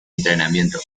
entrenamiento